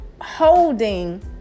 holding